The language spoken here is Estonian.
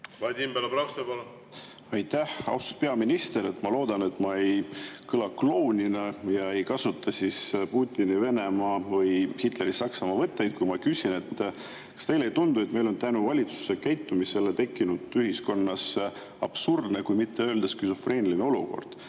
Vadim Belobrovtsev, palun! Aitäh! Austatud peaminister! Ma loodan, et ma ei kõla klounina ja ei kasuta Putini Venemaa või Hitleri Saksamaa võtteid, kui ma küsin, kas teile ei tundu, et meil on tänu valitsuse käitumisele tekkinud ühiskonnas absurdne, kui mitte öelda skisofreeniline olukord.